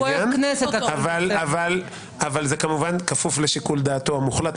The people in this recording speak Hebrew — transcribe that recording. אבל זה כמובן כפוף לשיקול דעתו המוחלט.